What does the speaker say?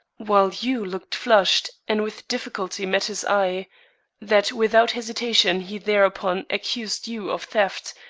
while you looked flushed and with difficulty met his eye that without hesitation he thereupon accused you of theft,